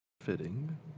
Fitting